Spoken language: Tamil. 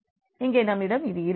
இங்கே நம்மிடம் இது இருக்கிறது